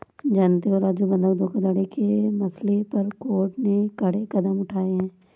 जानते हो राजू बंधक धोखाधड़ी के मसले पर कोर्ट ने कड़े कदम उठाए हैं